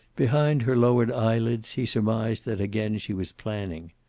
behind her lowered eyelids he surmised that again she was planning.